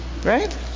right